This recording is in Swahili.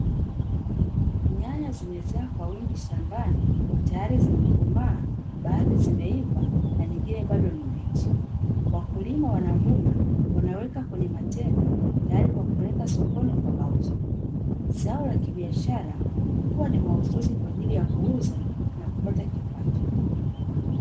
Nyanya zimezaa kwa wingi shambani, tayari zimekomaa baadhi zimeiva na nyingine bado ni mbichi, wakulima wanavuna wanaweka kwenye matenga tayari kupeleka sokoni kwa mauzo. Zao la kibiashara huwa ni mahususi kwa ajili ya kuuza na kupata kipato.